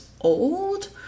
old